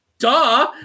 Duh